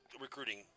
recruiting